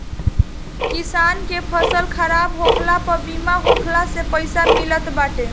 किसानन के फसल खराब होखला पअ बीमा होखला से पईसा मिलत बाटे